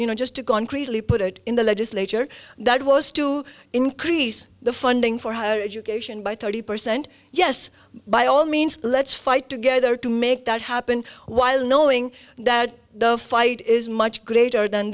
you know just to concretely put it in the legislature that was to increase the funding for higher education by thirty percent yes by all means let's fight together to make that happen while knowing that the fight is much greater than